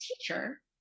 teacher